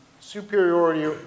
Superiority